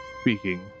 speaking